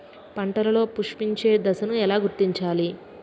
పంటలలో పుష్పించే దశను ఎలా గుర్తించాలి?